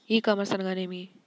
ఈ కామర్స్ అనగానేమి?